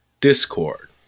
Discord